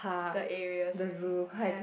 the areas right ya